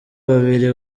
babiri